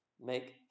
make